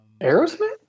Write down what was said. Aerosmith